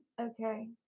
Okay